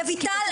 רויטל,